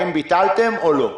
האם ביטלתם או לא?